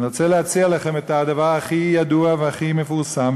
אני רוצה להציע לכם את הדבר הכי ידוע והכי מפורסם,